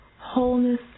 wholeness